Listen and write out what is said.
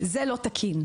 זה לא תקין.